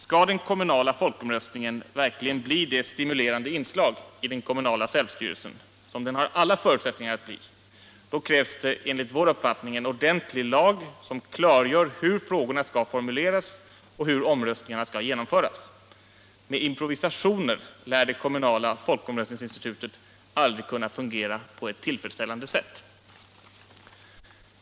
Skall den kommunala folkomröstningen verkligen bli det stimulerande inslag i den kommunala självstyrelsen som den har alla förutsättningar att bli, då krävs det enligt min uppfattning en ordentlig lag som klargör hur frågorna skall formuleras och hur omröstningarna skall genomföras. Med improvisationer lär det kommunala folkomröstningsinstitutet aldrig kunna fungera på ett tillfredsställande sätt.